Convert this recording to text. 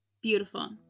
Beautiful